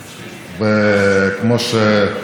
כי אפשר לחסוך באנרגיה בכמה דברים,